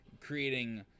creating